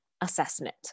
assessment